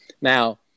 Now